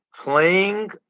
playing